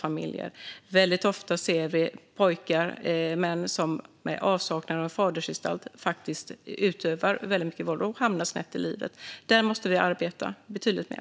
Väldigt ofta ser vi pojkar och män som i avsaknad av fadersgestalt utövar mycket våld och hamnar snett i livet. Där måste vi arbeta betydligt mer.